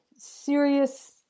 serious